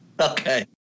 Okay